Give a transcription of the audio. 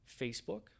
Facebook